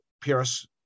pierce